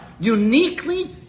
uniquely